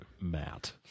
Matt